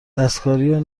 دستکاری